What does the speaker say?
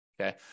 okay